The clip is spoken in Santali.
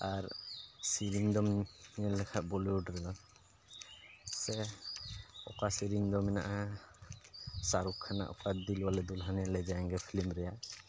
ᱟᱨ ᱥᱮᱨᱮᱧ ᱫᱚᱢ ᱧᱮᱞ ᱞᱮᱠᱷᱟᱱ ᱵᱚᱞᱤᱭᱩᱰ ᱨᱮᱭᱟᱜ ᱥᱮ ᱚᱠᱟ ᱥᱮᱨᱮᱧ ᱫᱚ ᱢᱮᱱᱟᱜᱼᱟ ᱥᱟᱹᱨᱩᱠᱠᱷᱟᱱᱟᱜ ᱫᱤᱞ ᱵᱟᱞᱮ ᱫᱩᱞᱦᱟᱱᱤᱭᱟ ᱞᱮ ᱡᱟᱭᱮᱝᱜᱟ ᱯᱷᱤᱞᱤᱢ ᱨᱮᱭᱟᱜ